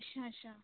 ਅੱਛਾ ਅੱਛਾ